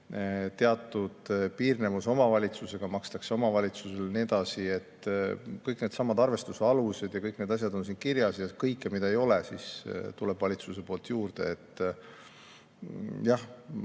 teatud piirnevuse puhul omavalitsusega makstakse omavalitsusele ja nii edasi. Kõik needsamad arvestuste alused ja kõik need asjad on siin kirjas ja kõik, mida ei ole, tuleb valitsuse poolt juurde. Jah,